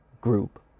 Group